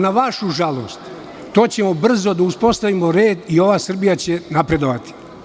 Na vašu žalost, to ćemo brzo da uspostavimo red i ova Srbija će napredovati.